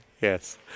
Yes